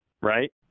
Right